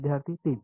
विद्यार्थी 3